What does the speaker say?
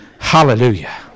Hallelujah